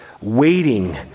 waiting